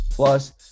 Plus